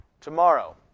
Tomorrow